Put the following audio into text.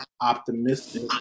optimistic